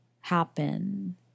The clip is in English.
happen